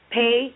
pay